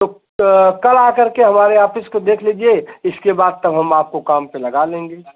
तो कल आकर के हमारे आफिस को देख लीजिए इसके बाद तब हम आपको काम पर लगा लेंगे